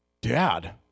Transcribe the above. Dad